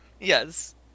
Yes